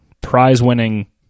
prize-winning